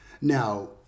Now